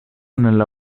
nella